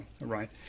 right